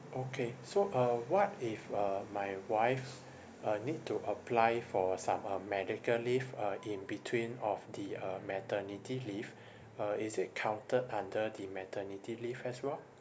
okay so uh what if uh my wife uh need to apply for some uh medical leave uh in between of the uh maternity leave uh is it counted under the maternity leave as well